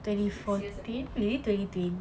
six years ago